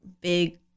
big